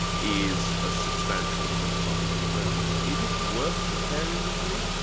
is a substantial philosophical presence. is it worth comparing the two?